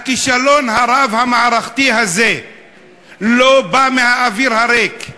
הכישלון הרב-מערכתי הזה לא בא מהאוויר הריק.